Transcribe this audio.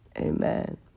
Amen